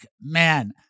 Man